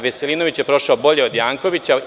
Veselinović je prošao bolje od Jankovića.